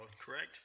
correct